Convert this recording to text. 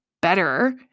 better